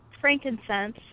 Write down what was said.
frankincense